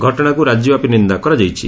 ଘଟଣାକୁ ରାଜ୍ୟବ୍ୟାପି ନିନ୍ଦା କରାଯାଇଛି